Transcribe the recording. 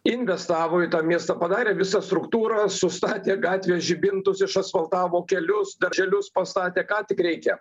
investavo į tą miestą padarė visą struktūrą sustatė gatvės žibintus išasfaltavo kelius darželius pastatė ką tik reikia